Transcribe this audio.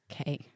okay